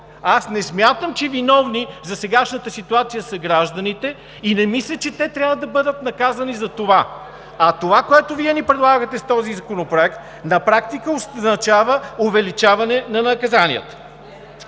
Не смятам, че виновни за сегашната ситуация са гражданите и не мисля, че те трябва да бъдат наказани за това. А това, което Вие ни предлагате с този законопроект, на практика означава увеличаване на наказанията.